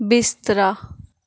बिस्तरा